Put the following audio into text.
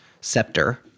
scepter